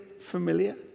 familiar